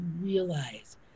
realize